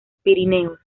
pirineos